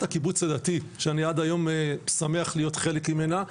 הקיבוץ הדתי שאני עד היום שמח להיות חלק ממנה,